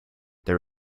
there